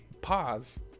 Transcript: pause